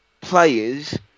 players